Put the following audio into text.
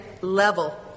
level